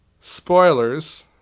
Spoilers